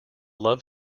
love